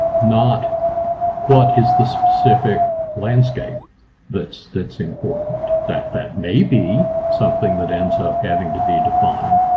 not what is the specific landscape that's that's important. that that may be something that ends up having to be defined.